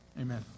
Amen